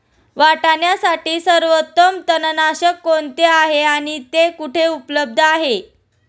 वाटाण्यासाठी सर्वोत्तम तणनाशक कोणते आहे आणि ते कुठे उपलब्ध आहे?